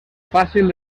fàcil